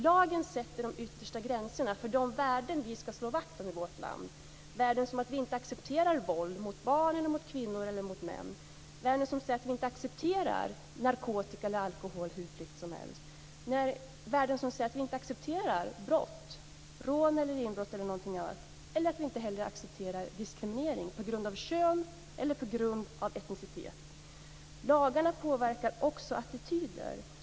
Lagen sätter de yttersta gränserna för de värden som vi skall slå vakt om i vårt land - att vi inte accepterar våld mot barn, kvinnor eller män, att vi inte accepterar narkotika, att vi inte accepterar alkohol hur fritt som helst, att vi inte accepterar brott, rån eller andra brott, och att vi inte heller accepterar diskriminering på grund av kön eller etnicitet. Lagarna påverkar också attityder.